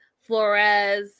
Flores